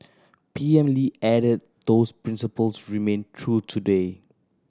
P M Lee added that those principles remain true today